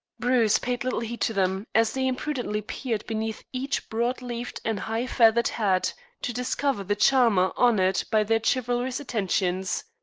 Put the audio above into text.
bruce paid little heed to them as they impudently peered beneath each broad-leafed and high-feathered hat to discover the charmer honored by their chivalrous attentions.